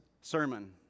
sermon